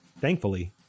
Thankfully